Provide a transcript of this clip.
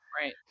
right